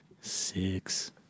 Six